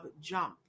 jump